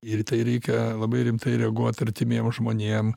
ir į tai reikia labai rimtai reaguot artimiem žmonėm